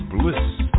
bliss